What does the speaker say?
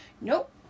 Nope